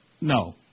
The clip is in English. No